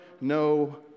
no